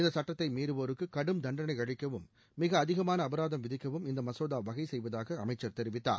இந்த சட்டத்தை மீறவோருக்கு கடும் தண்டனை அளிக்கவும் மிக அதிகமான அபராதம் விதிக்கவும் இந்த மசோதா வகை செய்வதாக அமைச்சர் தெரிவித்தார்